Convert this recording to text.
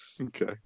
Okay